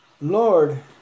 Lord